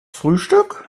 frühstück